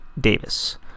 Davis